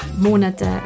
Monate